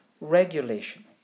Regulation